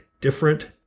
different